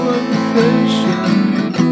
impatient